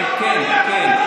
כן, כן, כן.